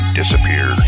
disappear